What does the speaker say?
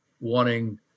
wanting